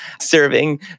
serving